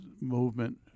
movement